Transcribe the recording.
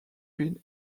been